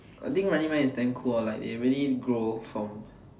I think running man is damn cool lor like they really grow from